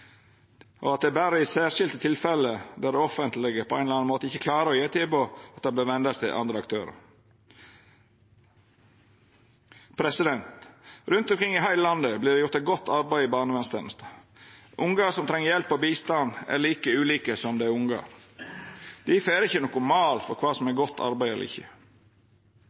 barnevernet, og at det berre er i særskilte tilfelle der det offentlege på ein eller annan måte ikkje klarer å gje tilbod, at ein bør venda seg til andre aktørar. Rundt omkring i heile landet vert det gjort eit godt arbeid i barnevernstenesta. Ungar som treng hjelp og bistand, er like ulike som andre ungar. Difor er det ikkje nokon mal for kva som er godt arbeid eller ikkje.